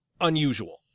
unusual